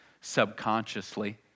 subconsciously